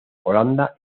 holanda